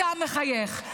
אתה מחייך.